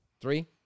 three